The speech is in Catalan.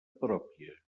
pròpia